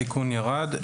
התיקון המרכזי ירד,